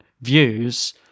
views